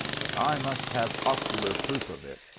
but i must have ocular proof of it.